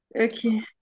okay